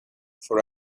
for